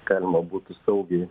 galima būtų saugiai